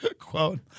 quote